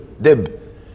dib